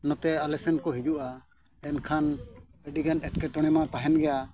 ᱱᱚᱛᱮ ᱟᱞᱮ ᱥᱮᱫ ᱠᱚ ᱦᱤᱡᱩᱜᱼᱟ ᱮᱱᱠᱷᱟᱱ ᱟᱹᱰᱤᱜᱟᱱ ᱮᱴᱠᱮᱴᱚᱬᱮ ᱢᱟ ᱛᱟᱦᱮᱱ ᱜᱮᱭᱟ